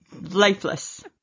lifeless